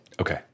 Okay